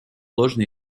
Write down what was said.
ложный